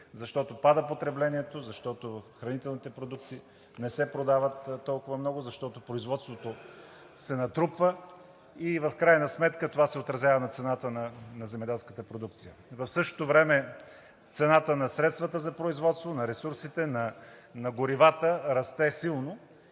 защото пада потреблението, защото хранителните продукти не се продават толкова много, защото производството се натрупва и в крайна сметка това се отразява на цената на земеделската продукция. В същото време цената на средствата за производство, на ресурсите, на горивата расте силно